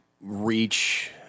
reach